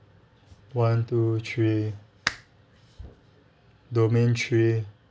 one two three domain three